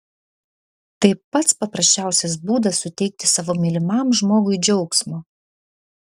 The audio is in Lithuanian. tai pats paprasčiausias būdas suteikti savo mylimam žmogui džiaugsmo